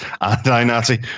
anti-Nazi